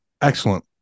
excellent